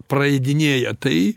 praeidinėja tai